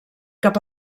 cap